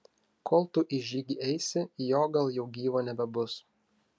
kol tu į žygį eisi jo gal jau gyvo nebebus